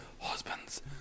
husbands